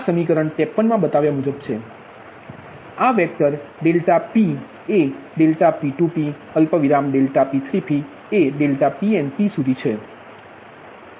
સમીકરણ 53 બતાવ્યા મુજબ ∆P ∆Q J1 J2 J3 J4 ∆δ ∆V તેથી આ વેક્ટર ΔP એ ∆P2p ∆P3p